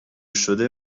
شده